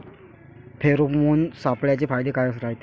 Pheromone सापळ्याचे फायदे काय रायते?